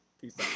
Peace